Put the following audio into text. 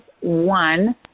one